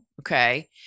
okay